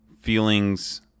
feelings